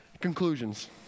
Conclusions